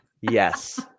Yes